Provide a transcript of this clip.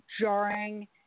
jarring